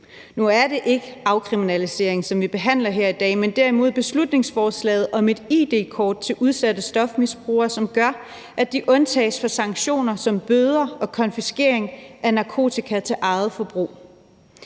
Nu er det ikke afkriminaliseringen, som vi behandler her i dag, men derimod beslutningsforslaget om et id-kort til udsatte stofmisbrugere, som gør, at de undtages fra sanktioner som bøder og konfiskering af narkotika til eget forbrug.